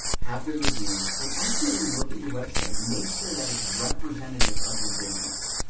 have good reviews, and ultimately look at your website, make sure that it's representative of your business.